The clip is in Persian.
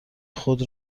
خود